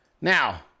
Now